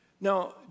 Now